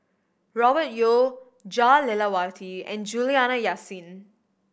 Robert Yeo Jah Lelawati and Juliana Yasin